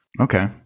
Okay